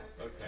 Okay